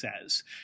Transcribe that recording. says